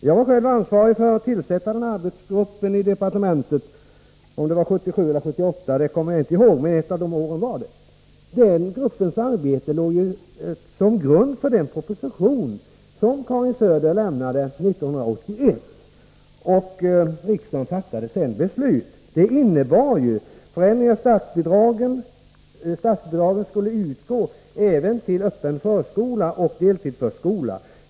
Jag var själv ansvarig för att tillsätta en arbetsgrupp på det här området i socialdepartementet — om det var 1977 eller 1978 kommer jag inte ihåg, men ett av de åren var det. Den gruppens arbete låg till grund för den proposition som Karin Söder lade fram 1981 och riksdagen sedan fattade beslut om. Beslutet innebar förändringar. Statsbidrag skulle utgå även till öppen förskola och deltidsförskola.